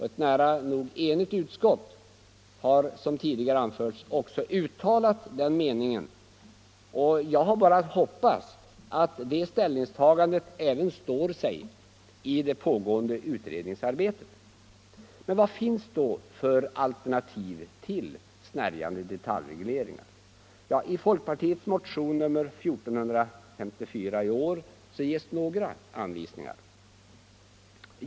Ett nära nog enigt utskott har, som tidigare anförts, också uttalat den meningen i år. Jag hoppas att det ställningstagandet även står sig i det pågående utredningsarbetet. Vad finns det då för alternativ till snärjande detaljregleringar? I folkpartiets motion nr 1454 i år ges några anvisningar.